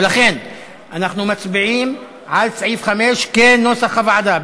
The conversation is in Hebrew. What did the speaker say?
ולכן אנחנו מצביעים על סעיף 5 כנוסח הוועדה.